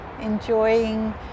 enjoying